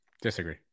Disagree